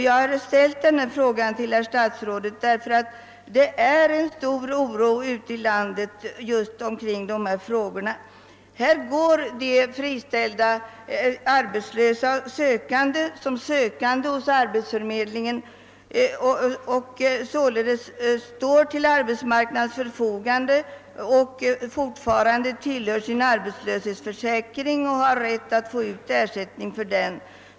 Jag har ställt denna fråga till statsrådet därför att det råder stor oro ute i landet just kring dessa frågor. De friställda går som sökande hos arbetsförmedlingen och står således till arbetsmarknadens förfogande. De tillhör fortfarande sin arbetslöshetsförsäkring och har alltså rätt att få ersättning därifrån.